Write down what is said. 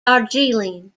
darjeeling